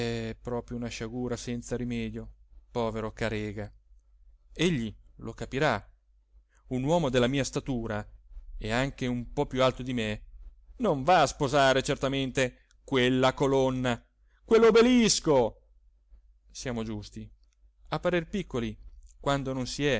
è proprio una sciagura senza rimedio povero carega egli lo capirà un uomo della mia statura e anche un po più alto di me non va a sposare certamente quella colonna quell'obelisco siamo giusti a parer piccoli quando non si è